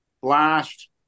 blast